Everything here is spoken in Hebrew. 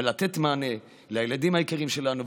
ולתת מענה לילדים היקרים שלנו,